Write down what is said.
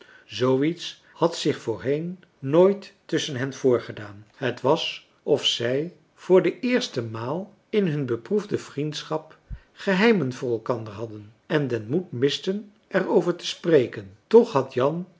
iets had zich voorheen nooit tusschen hen voorgedaan het was of zij voor de eerste maal in hun beproefde vriendschap geheimen voor elkander hadden en den moed misten er over te spreken toch had jan